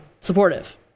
supportive